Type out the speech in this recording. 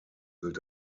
gilt